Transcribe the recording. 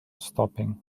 stopping